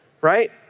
right